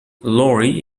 laurie